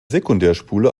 sekundärspule